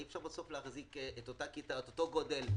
אי אפשר בסוף להחזיק את אותו גודל כיתה,